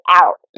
out